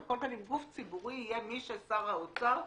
מי ששר האוצר קבע,